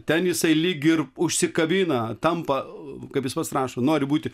ten jisai lyg ir užsikabina tampa kaip jis pats rašo nori būti